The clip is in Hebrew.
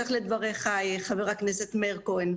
שאנחנו